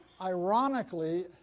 ironically